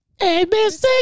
ABC